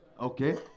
Okay